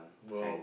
!wow!